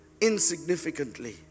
insignificantly